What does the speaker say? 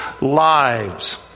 lives